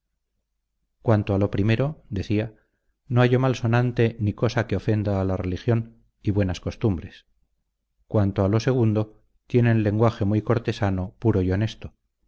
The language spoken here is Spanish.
cuanto a lo primero decía no hallo mal sonante ni cosa que ofenda a la religión y buenas costumbres cuanto a lo segundo tienen lenguaje muy cortesano puro y honesto